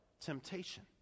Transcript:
temptation